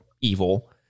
evil